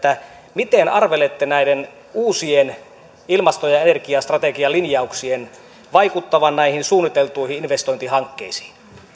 miten arvelette näiden uusien ilmasto ja ja energiastrategialinjauksien vaikuttavan näihin suunniteltuihin investointihankkeisiin